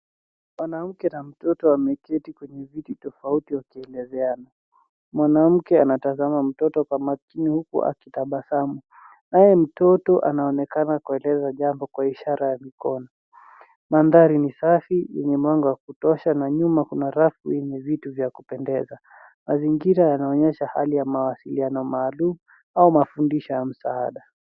Mwanamke na mtoto wameketi kwenye viti tofauti wakielezeana. Mwanamke anamtazama mtoto kwa makini huku akitabasamu, naye mtoto anaonekana kueleza jambo kwa ishara ya mkono. Mandhari ni safi yenye mwanga wa kutosha na nyuma kuna rafu yenye vitu vya kupendeza. Mazingira yanaonyesha hali ya mawasiliano maalum au mafundisho ya msaada.